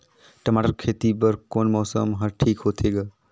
टमाटर कर खेती बर कोन मौसम हर ठीक होथे ग?